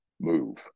move